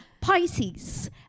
Pisces